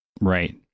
Right